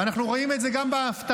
ואנחנו רואים את זה גם בהפטרה,